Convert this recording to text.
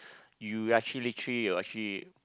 you actually literally will actually